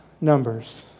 numbers